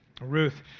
Ruth